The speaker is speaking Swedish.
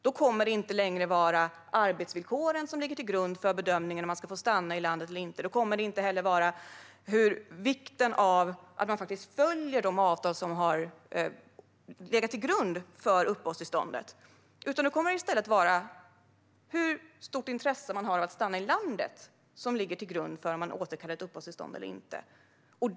Det kommer inte längre att vara arbetsvillkoren som ligger till grund för bedömningen av om man ska få stanna i landet eller inte. Då kommer det inte heller att vara vikten av att man faktiskt följer de avtal som har legat till grund för uppehållstillståndet, utan då kommer det i stället att vara hur stort intresse man har av att stanna i landet som ligger till grund för om ett uppehållstillstånd återkallas eller inte.